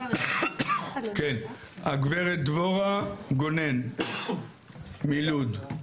כן, הגברת דבורה גונן מלוד.